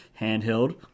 handheld